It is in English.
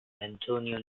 antonio